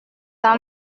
dans